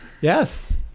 Yes